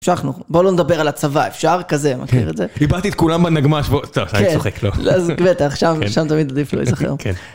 המשכנו. "בוא לא נדבר על הצבא, אפשר?" כזה. מכיר את זה? - קיבלתי את כולם על נגמ"ש... אני צוחק, לא - שם, שם תמיד עדיף להיזכר